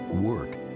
work